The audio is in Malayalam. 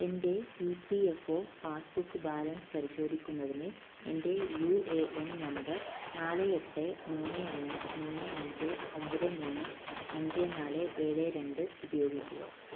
എൻ്റെ E P F O passbook balance പരിശോധിക്കുന്നതിന് എൻ്റെ യു എ എൻ നമ്പർ നാല് എട്ട് മൂന്ന് ഒന്ന് മൂന്ന് അഞ്ച് ഒമ്പത് മൂന്ന് അഞ്ച് നാല് ഏഴ് രണ്ട് ഉപയോഗിക്കുക